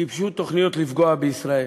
גיבשו תוכניות לפגוע בישראל.